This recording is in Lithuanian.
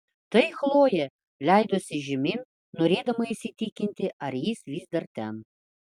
tai chlojė leidosi žemyn norėdama įsitikinti ar jis vis dar ten